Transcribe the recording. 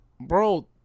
bro